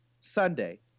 Sunday